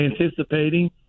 anticipating